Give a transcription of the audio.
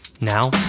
Now